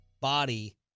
body